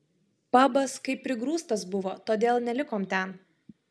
pabas kaip prigrūstas buvo todėl nelikom ten